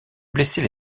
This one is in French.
blesser